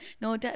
No